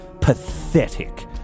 pathetic